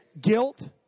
guilt